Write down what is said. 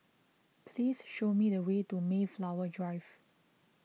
please show me the way to Mayflower Drive